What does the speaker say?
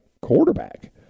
quarterback